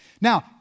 Now